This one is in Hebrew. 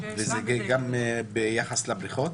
וזה גם ביחס לבריכות?